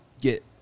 get